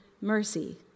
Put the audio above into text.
mercy